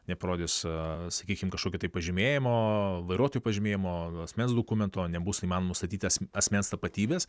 neparodys sakykim kažkokio tai pažymėjimo vairuotojo pažymėjimo asmens dokumento nebus įmanoma nustatyti as asmens tapatybės